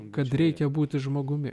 kad reikia būti žmogumi